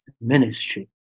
ministry